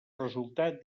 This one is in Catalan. resultar